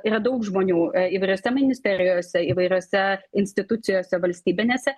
yra daug žmonių įvairiose ministerijose įvairiose institucijose valstybinėse